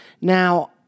Now